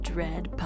Dread